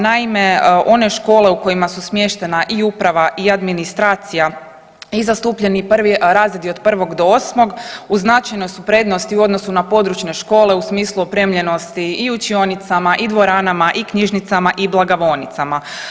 Naime, one škole u kojima su smještena i uprava i administracija i zastupljeni razredi od 1. do 8. u značajno su prednosti u odnosu na područne škole u smislu opremljenosti i učionicama i dvoranama i knjižnicama i blagovaonicama.